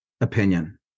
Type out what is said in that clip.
opinion